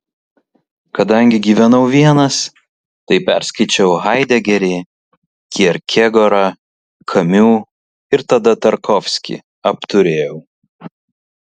kadangi gyvenau vienas tai perskaičiau haidegerį kierkegorą kamiu ir tada tarkovskį apturėjau